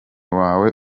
wawe